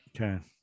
Okay